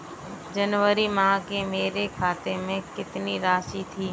जनवरी माह में मेरे खाते में कितनी राशि थी?